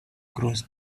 crossed